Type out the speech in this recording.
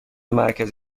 مرکز